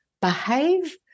behave